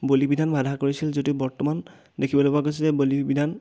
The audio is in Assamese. বলি বিধান বাধা কৰিছিল যদি বৰ্তমান দেখিবলৈ পোৱা গৈছে যে বলি বিধান